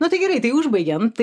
nu tai gerai tai užbaigiam tai